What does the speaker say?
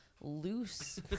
loose